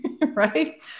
right